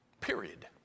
period